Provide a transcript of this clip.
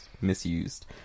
misused